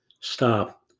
stop